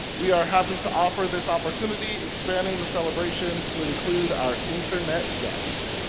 we are happy to offer this opportunity expanding the celebration to include our internet guests.